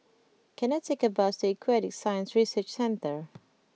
can I take a bus to Aquatic Science Research Centre